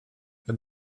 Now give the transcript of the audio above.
and